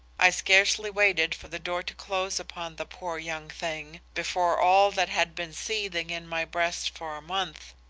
i scarcely waited for the door to close upon the poor young thing before all that had been seething in my breast for a month,